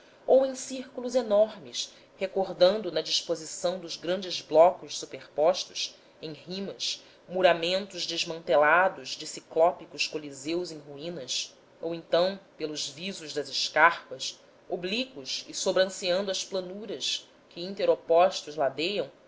ou em círculos enormes recordando na disposição dos grandes blocos superpostos em rimas muramentos desmantelados de ciclópicos coliseus em ruínas ou então pelos visos das escarpas oblíquos e sobranceando as planuras que interpostos ladeiam